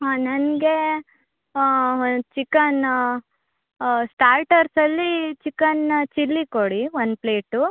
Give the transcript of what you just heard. ಹಾಂ ನನಗೆ one chicken ಸ್ಟಾರ್ಟರ್ಸಲ್ಲಿ ಚಿಕನ್ ಚಿಲ್ಲಿ ಕೊಡಿ ಒನ್ ಪ್ಲೇಟು